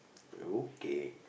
okay